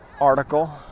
article